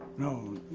no,